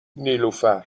نیلوفرمن